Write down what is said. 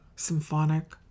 Symphonic